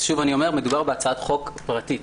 שוב אני אומר, מדובר בהצעת חוק פרטית.